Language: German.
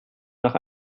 nach